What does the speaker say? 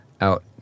out